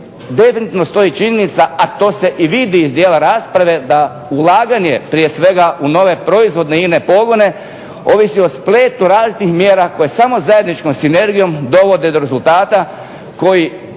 definitivno stoji činjenica, a to se i vidi iz dijela rasprave, da ulaganje, prije svega u nove proizvodne i ine pogone, ovisi o spletu različitih mjera koje samo zajedničkom sinergijom dovode do rezultata koji